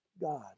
God